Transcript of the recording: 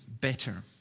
better